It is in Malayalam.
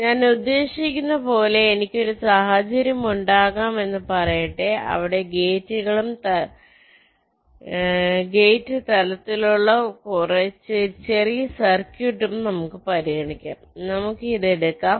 ഞങ്ങൾ ഉദ്ദേശിക്കുന്നത് പോലെ എനിക്ക് ഒരു സാഹചര്യം ഉണ്ടാകാം എന്ന് പറയട്ടെ അവിടെ ഗേറ്റുകളുടെ തലത്തിലുള്ള ഒരു ചെറിയ സർക്യൂട്ട് നമുക്ക് പരിഗണിക്കാം നമുക്ക് ഇത് എടുക്കാം